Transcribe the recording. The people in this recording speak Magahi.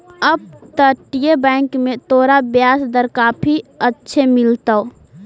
अपतटीय बैंक में तोरा ब्याज दर काफी अच्छे मिलतो